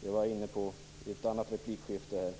Det var jag inne på i ett annat replikskifte.